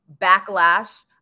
backlash